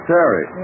Terry